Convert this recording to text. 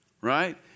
right